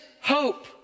hope